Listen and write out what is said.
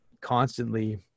constantly